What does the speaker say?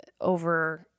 over